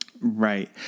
Right